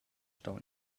stau